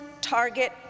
target